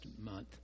month